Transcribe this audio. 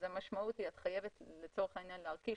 המשמעות היא שאת חייבת לצורך העניין להפעיל